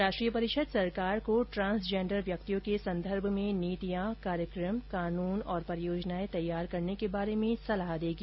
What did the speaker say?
राष्ट्रीय परिषद सरकार को ट्रांसजेंडर व्यक्तियों के संदर्भ में नीतियां कार्यक्रम कानून और परियोजनाएं तैयार करने के बारे में सलाह देगी